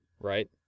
right